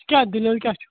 کیٛاہ دٔلیٖل کیٛاہ چھِ